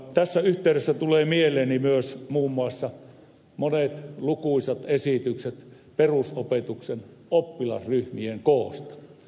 tässä yhteydessä tulee mieleeni myös muun muassa monet lukuisat esitykset perusopetuksen oppilasryhmien koosta